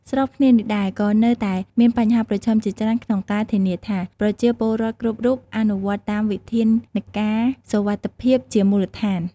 ស្របគ្នានេះដែរ ក៏នៅតែមានបញ្ហាប្រឈមជាច្រើនក្នុងការធានាថា ប្រជាពលរដ្ឋគ្រប់រូបអនុវត្តតាមវិធានការសុវត្ថិភាពជាមូលដ្ឋាន។